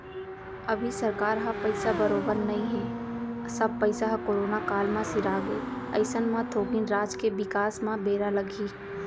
अभी सरकार ह पइसा बरोबर नइ हे सब पइसा ह करोना काल म सिरागे अइसन म थोकिन राज के बिकास म बेरा लगही